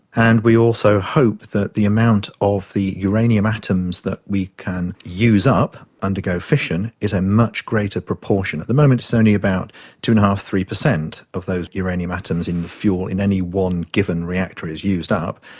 and we also hope that the amount of the uranium atoms that we can use up, undergo fission, is a much greater proportion. at the moment it's only about two. five ah percent, three percent of those uranium atoms in the fuel in any one given reactor is used up,